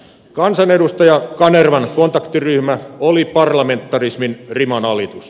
kansanedustaja kanervan kontaktiryhmä oli parlamentarismin rimanalitus